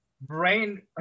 brain